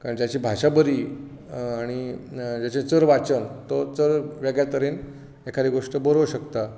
आनी जाची भाशा बरी आनी जाचें चड वाचन तो चड वेगळ्या तरेन एखादी गोश्ट बरोवंक शकता